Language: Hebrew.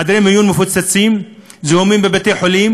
החדרים היו מפוצצים, זיהומים בבתי-חולים.